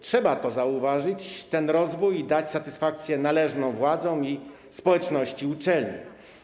Trzeba zauważyć ten rozwój i dać satysfakcję należną władzom i społeczności uczelni.